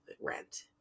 rent